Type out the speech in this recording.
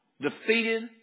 defeated